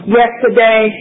yesterday